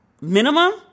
minimum